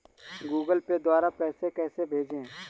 Google Pay द्वारा पैसे कैसे भेजें?